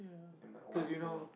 in my old phone